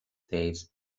days